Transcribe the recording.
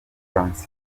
francois